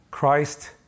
Christ